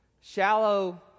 shallow